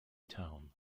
town